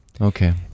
Okay